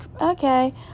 okay